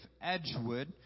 Edgewood